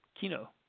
Kino